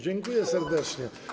Dziękuję serdecznie.